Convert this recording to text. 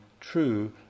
true